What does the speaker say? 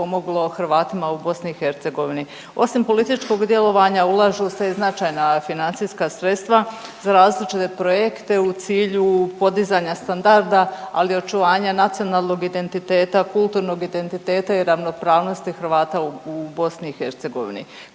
Hrvatima u BiH. Osim političkog djelovanja ulažu se i značajna financijska sredstava za različite projekte u cilju podizanja standarda, ali i očuvanja nacionalnog identiteta, kulturnog identiteta i ravnopravnosti Hrvata u BiH.